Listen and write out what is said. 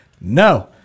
no